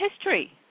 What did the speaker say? history